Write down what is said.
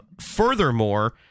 furthermore